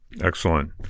Excellent